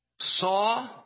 Saw